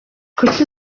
kuki